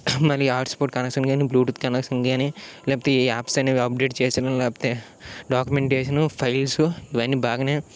మళ్ళీ hotspot connection కానీ Bluetooth connection కానీ లేకపోతే ఈ యాప్స్ అనేవి అప్డేట్ చేసినా లేకపోతే డాక్యూమెంటేషన్ ఫైల్స్ ఇవన్నీ బాగానే